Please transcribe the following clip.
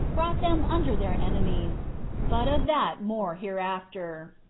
brought them under their enemies but of that more hereafter.